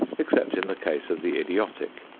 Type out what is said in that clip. except in the case of the idiotic.